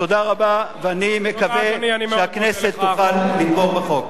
תודה רבה, ואני מקווה שהכנסת תוכל לתמוך בחוק.